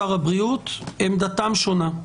הבריאות, עמדתם שונה.